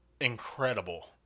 incredible